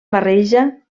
barreja